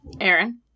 Aaron